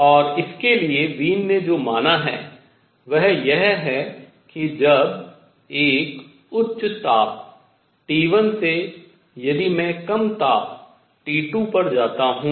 और इसके लिए वीन ने जो माना है वह यह है कि जब एक उच्च ताप T1 से यदि मैं कम ताप T2 पर जाता हूँ